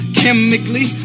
chemically